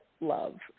love